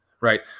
right